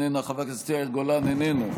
איננה,